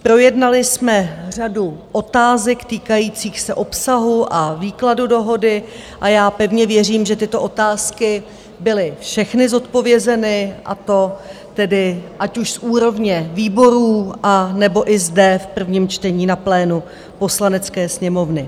Projednali jsme řadu otázek týkajících se obsahu a výkladu dohody a já pevně věřím, že tyto otázky byly všechny zodpovězeny, a to tedy ať už z úrovně výborů, anebo i zde v prvním čtení na plénu Poslanecké sněmovny.